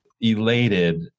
elated